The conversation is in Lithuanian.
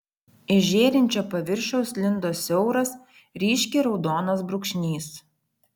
iš žėrinčio paviršiaus lindo siauras ryškiai raudonas brūkšnys